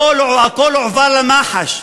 הכול הועבר למח"ש.